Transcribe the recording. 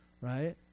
right